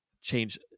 change